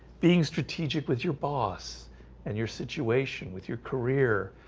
being strategic with your boss and your situation with your career